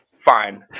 fine